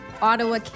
Ottawa